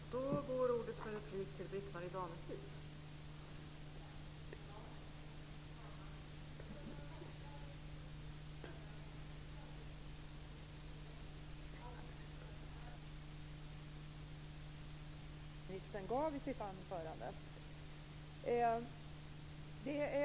Fru talman! Jag vill också tacka för den väldigt ljusa, positiva och nyanserade bild som skolministern gav i sitt anförande.